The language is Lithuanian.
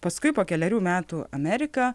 paskui po kelerių metų amerika